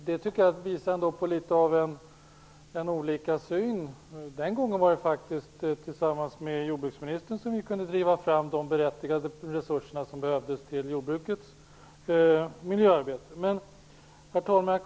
Det tycker jag tyder litet grand på en skillnad i syn. Den gången var det faktiskt tillsammans med jordbruksministern vi kunde driva fram de berättigade resurser som behövdes till jordbrukets miljöarbete. Herr talman!